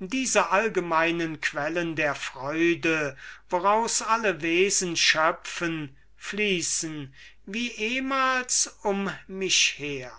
diese allgemeine quellen der freude woraus alle wesen schöpfen fließen wie ehmals um mich her